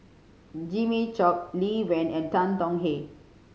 Jimmy Chok Lee Wen and Tan Tong Hye